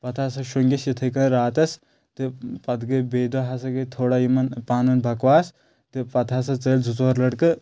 پتہٕ ہسا شوٚنٛگۍ أسۍ یِتھٔے کٔنۍ راتَس تہٕ پتہٕ گٔے بیٚیہِ دۄہ ہسا گٔے تھوڑا یِمن پانہٕ وٲنۍ بکواس تہٕ پتہٕ ہسا ژٔلۍ زٕ ژور لڑکہٕ